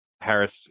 Harris